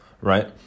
right